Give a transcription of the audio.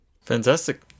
Fantastic